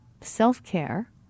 self-care